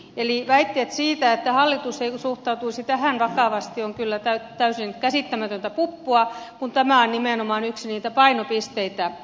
eli väitteet siitä että hallitus ei suhtautuisi tähän vakavasti ovat kyllä täysin käsittämätöntä puppua kun tämä on nimenomaan yksi niitä painopisteitä